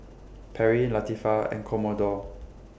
Perri Latifah and Commodore